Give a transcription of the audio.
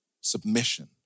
submission